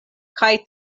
kaj